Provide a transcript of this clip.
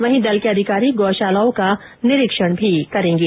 वहीं दल के अधिकारी गौशालाओं का निरीक्षण भी करेंगे